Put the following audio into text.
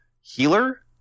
healer